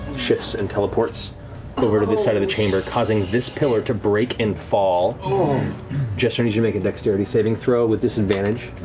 shifts and teleports over to this side of the chamber, causing this pillar to break and fall. um jester, i need you to make a dexterity saving throw, with disadvantage.